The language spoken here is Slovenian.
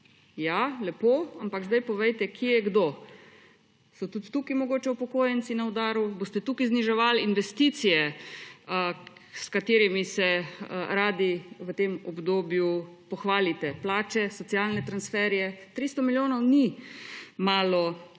Ja, lepo, ampak zdaj povejte, kje je kdo. So tudi tukaj mogoče upokojenci na udaru? Boste tukaj zniževali investicije, s katerimi se radi v tem obdobju pohvalite, plače, socialne transferje? 300 milijonov ni malo